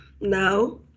now